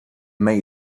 may